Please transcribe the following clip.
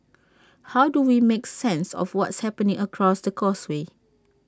how do we make sense of what's happening across the causeway